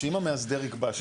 שאם המאסדר יקבע,